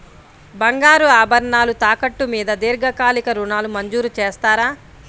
బంగారు ఆభరణాలు తాకట్టు మీద దీర్ఘకాలిక ఋణాలు మంజూరు చేస్తారా?